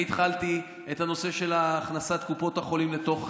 אני התחלתי את הנושא של הכנסת קופות החולים לתוך